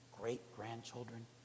great-grandchildren